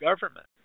government